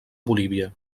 bolívia